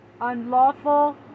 unlawful